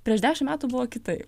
prieš dešim metų buvo kitai